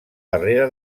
barrera